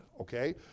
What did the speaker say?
okay